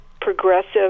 progressive